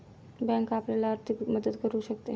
bank आपल्याला आर्थिक मदत करू शकते